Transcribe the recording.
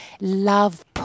Love